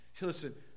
listen